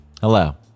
Hello